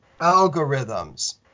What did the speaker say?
algorithms